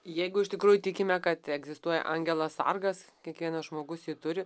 jeigu iš tikrųjų tikime kad egzistuoja angelas sargas kiekvienas žmogus jį turi